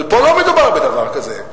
אבל פה לא מדובר בדבר כזה.